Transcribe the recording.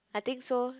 I think so